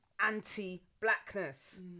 anti-blackness